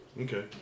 Okay